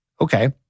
Okay